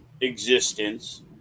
existence